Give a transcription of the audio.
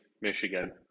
Michigan